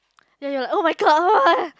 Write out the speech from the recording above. yea yea oh-my-god